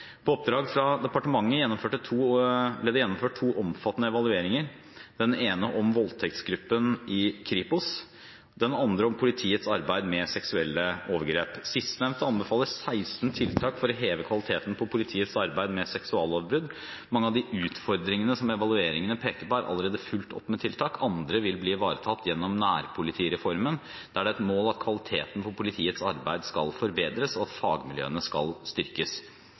På oppdrag fra departementet ble det gjennomført to omfattende evalueringer, den ene om Voldtektsgruppa i Kripos, den andre om politiets arbeid med seksuelle overgrep. Sistnevnte anbefaler 16 tiltak for å heve kvaliteten på politiets arbeid med seksuallovbrudd. Mange av de utfordringene som evalueringene peker på, er allerede fulgt opp med tiltak. Andre vil bli ivaretatt gjennom nærpolitireformen, der det er et mål at kvaliteten på politiets arbeid skal forbedres, og at fagmiljøene skal styrkes.